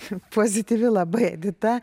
pozityvi labai edita